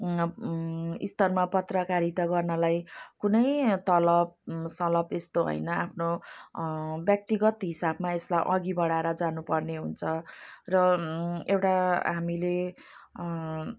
स्तरमा पत्रकारिता गर्नलाई कुनै तलब सलब यस्तो हैन आफ्नो व्यक्तिगत हिसाबमा यसलाई अघि बढाएर जानुपर्ने हुन्छ र एउटा हामीले